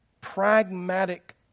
pragmatic